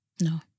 No